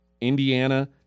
Indiana